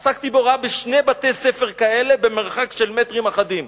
עסקתי בהוראה בשני בתי-ספר כאלה במרחק של מטרים אחדים,